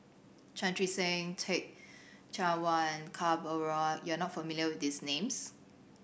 Chan Chee Seng Teh Cheang Wan and Ka Perumal you are not familiar with these names